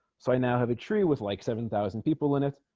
so i now have a tree with like seven thousand people in it